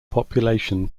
population